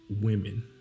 women